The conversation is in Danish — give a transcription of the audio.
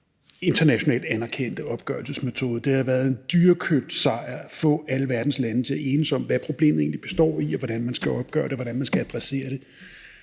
internationalt anerkendte opgørelsesmetode. Det har været en dyrekøbt sejr at få alle verdens lande til at enes om, hvad problemet egentlig består i, og hvordan man skal opgøre det, og hvordan man skal adressere det.